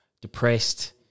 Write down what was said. Depressed